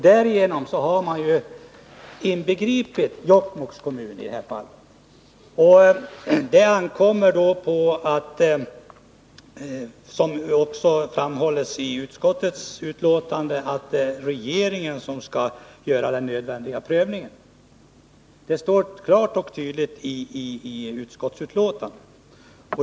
Därigenom har man i detta även inbegripit Jokkmokks kommun. Såsom också framhålls i utskottets betänkande ankommer det då på regeringen att göra den nödvändiga prövningen. Det står klart och tydligt i betänkandet.